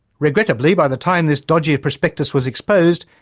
regrettably by the time this dodgy prospectus was exposed,